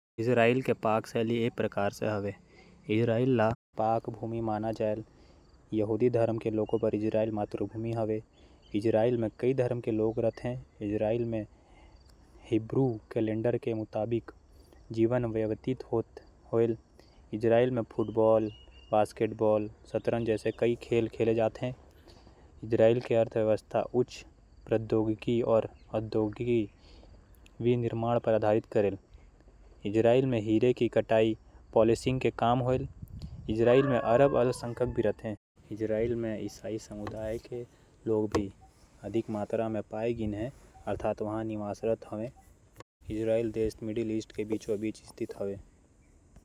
इजराइल के पाक परंपरा म तीन हजार साल के इतिहास म। फैले खाद्य पदार्थ अउ खाना बनाये के तरीका सामिल हावय। वो बखत ये परंपरा ल एशिया अफ्रीका अउ यूरोप के प्रभाव ले आकार दे। गे हावय अउ धार्मिक अउ जातीय प्रभाव। के परिणामस्वरूप पाक कला म विविधता आए हावय।